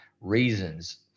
reasons